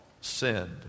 sinned